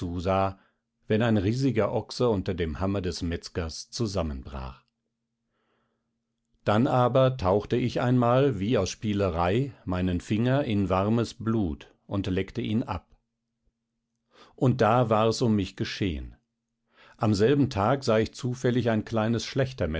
wenn ein riesiger ochse unter dem hammer des metzgers zusammenbrach dann aber tauchte ich einmal wie aus spielerei meinen finger in warmes blut und leckte ihn ab und da war es um mich geschehen am selben tag sah ich zufällig ein kleines